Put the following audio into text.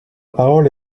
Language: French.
parole